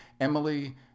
emily